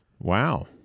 wow